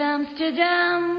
Amsterdam